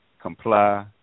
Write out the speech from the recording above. comply